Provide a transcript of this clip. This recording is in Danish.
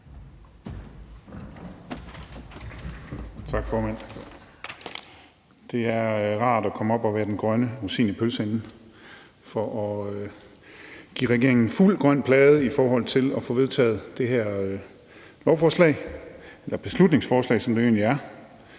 Tak, formand. Det er rart at komme op og være den grønne rosin i pølseenden for at give regeringen fuld grøn plade i forhold til at få vedtaget det her beslutningsforslag, hvor regeringen